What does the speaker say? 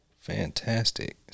Fantastic